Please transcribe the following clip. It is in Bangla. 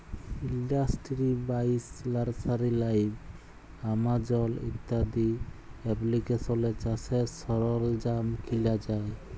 ইলডাস্টিরি বাইশ, লার্সারি লাইভ, আমাজল ইত্যাদি এপ্লিকেশলে চাষের সরল্জাম কিলা যায়